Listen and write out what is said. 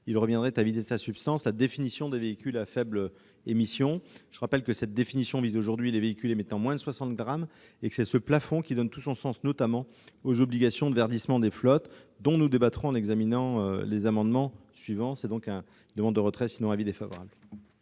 reviendrait à vider de sa substance la définition des véhicules à faibles émissions. Je le rappelle, cette définition concerne aujourd'hui les véhicules émettant moins de 60 grammes, et c'est ce plafond qui donne tout son sens, notamment, aux obligations de verdissement des flottes, dont nous débattrons en examinant les amendements suivants. En conséquence, je demande le retrait de cet